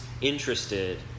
interested